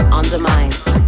undermined